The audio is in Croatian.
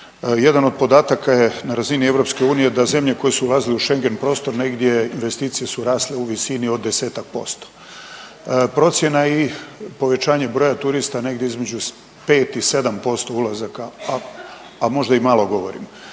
Jedan od podataka je na razini EU da zemlje koje su ulazile u schengen prostor negdje investicije su rasle u visini od 10-tak posto, procjena i povećanje broja turista negdje između 5 i 7% ulazaka, a, a možda i malo govorim.